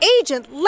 Agent